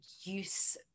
use